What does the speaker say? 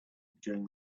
during